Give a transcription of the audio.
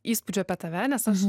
įspūdžiu apie tave nes aš